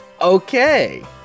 Okay